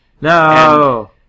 No